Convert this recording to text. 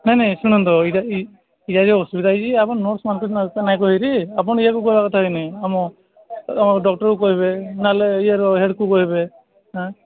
ନାଇଁ ନାଇଁ ଶୁଣନ୍ତୁ ଏଇଟା ଏଇଟା ଯୋଉ ଅସୁବିଧା ହୋଇଛି ଆପଣ ନର୍ସମାନଙ୍କ ସହିତ ଆଲୋଚନା କରିକିରି ଆପଣ ଏୟାକୁ କହିବା କଥା କି ନାଇଁ ଆମ ଡକ୍ଟର୍କୁ କହିବେ ନହେଲେ ଇଏର ହେଡ୍କୁ କହିବେ ଆଁ